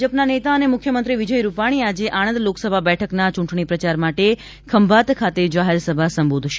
ભાજપના નેતા અને મુખ્યમંત્રી વિજય રૂપાણી આજે આણંદ લોકસભા બેઠકના ચ્રંટણી પ્રચાર માટે ખંભાત ખાતે જાહેરસભા સંબોધશે